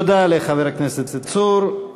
תודה לחבר הכנסת צור.